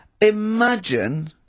imagine